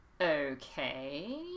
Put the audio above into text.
Okay